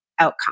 Outcome